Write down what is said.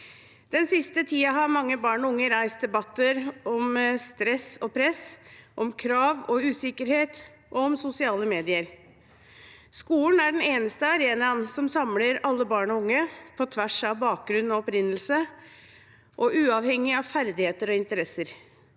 Den siste tiden har mange barn og unge reist debatter om stress og press, om krav og usikkerhet og om sosiale medier. Skolen er den eneste arenaen som samler alle barn og unge, på tvers av bakgrunn og opprinnelse og uavhengig av ferdigheter og interesser.